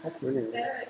apa ni